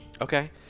Okay